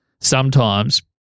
sometimes-